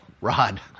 Rod